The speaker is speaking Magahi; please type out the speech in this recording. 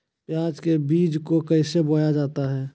प्याज के बीज को कैसे बोया जाता है?